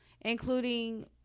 including